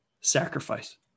sacrifice